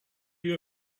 you